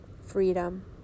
freedom